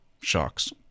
sharks